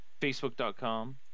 facebook.com